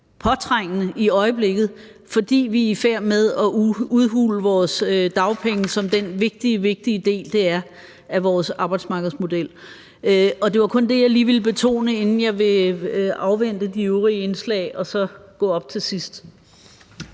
påtrængende i øjeblikket, fordi vi er i færd med at udhule vores dagpenge som den vigtige, vigtige del af vores arbejdsmarkedsmodel, det er. Det var kun det, jeg lige ville betone, inden jeg vil afvente de øvrige indslag og så gå op til sidst.